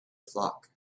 flock